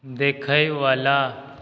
देखैवला